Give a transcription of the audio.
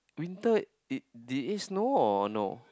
winter it did it snow or no